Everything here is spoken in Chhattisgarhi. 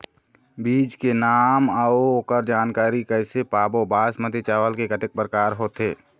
बीज के नाम अऊ ओकर जानकारी कैसे पाबो बासमती चावल के कतेक प्रकार होथे?